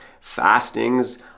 fastings